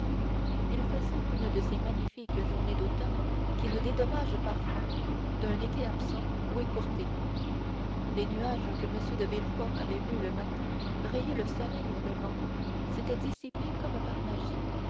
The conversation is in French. il faisait une de ces magnifiques journées d'automne qui nous dédommagent parfois d'un été absent ou écourté les nuages que m de villefort avait vus le matin rayer le soleil levant s'étaient dissipés comme par magie